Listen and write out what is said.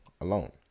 alone